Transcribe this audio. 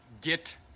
Get